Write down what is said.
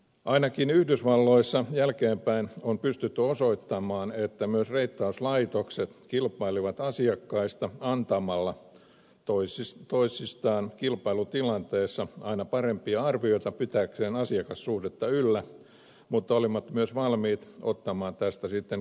ainakin yhdysvalloissa jälkeenpäin on pystytty osoittamaan että myös reittauslaitokset kilpailivat asiakkaista antamalla toisistaan kilpailutilanteessa aina parempia arvioita pitääkseen asiakassuhdetta yllä mutta olivat myös valmiit ottamaan tästä sitten kovemman hinnan